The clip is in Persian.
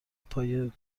پای